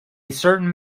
certain